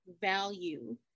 value